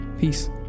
Peace